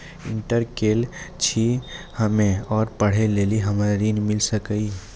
Inter केल छी हम्मे और पढ़े लेली हमरा ऋण मिल सकाई?